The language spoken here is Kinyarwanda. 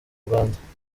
rwanda